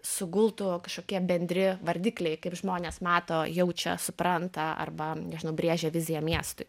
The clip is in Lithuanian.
sugultų kažkokie bendri vardikliai kaip žmonės mato jaučia supranta arba nubrėžia viziją miestui